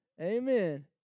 Amen